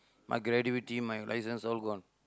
my gratuity my license all gone